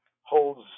holds